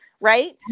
right